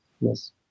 Yes